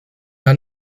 are